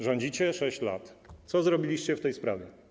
Rządzicie 6 lat, a co zrobiliście w tej sprawie?